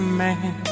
man